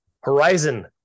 Horizon